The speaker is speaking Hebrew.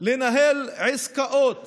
לנהל עסקאות